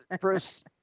first